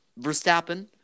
Verstappen